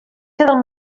del